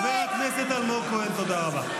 חבר הכנסת אלמוג כהן, תודה רבה.